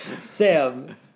Sam